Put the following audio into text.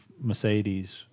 Mercedes